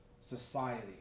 society